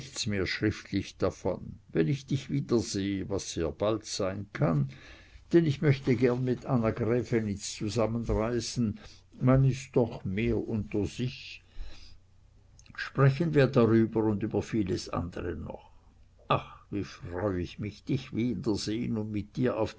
mehr schriftlich davon wenn ich dich wiedersehe was sehr bald sein kann denn ich möchte gern mit anna grävenitz zusammen reisen man ist doch so mehr unter sich sprechen wir darüber und über vieles andere noch ach wie freu ich mich dich wiedersehn und mit dir auf